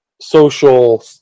social